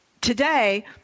Today